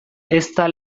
ezta